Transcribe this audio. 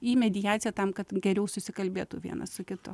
į mediaciją tam kad geriau susikalbėtų vienas su kitu